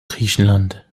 griechenland